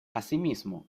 asimismo